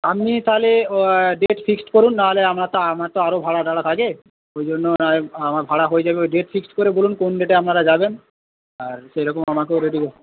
আপনি তাহলে date fix করুন নাহলে আমার তো আমার তো আরও ভাড়া টাড়া লাগে ওইজন্য আমার ভাড়া হয়ে যাবে ডেট ফিক্স করে বলুন কোন ডেটে আপনারা যাবেন আর সেইরকম আমাকেও রেডি হতে